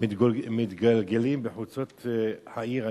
מתגלגלים בחוצות העיר.